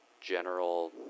general